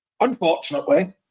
Unfortunately